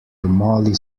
mollie